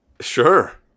sure